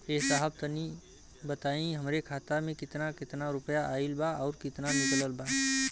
ए साहब तनि बताई हमरे खाता मे कितना केतना रुपया आईल बा अउर कितना निकलल बा?